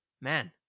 Man